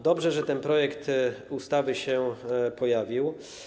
Dobrze, że ten projekt ustawy się pojawił.